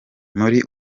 muri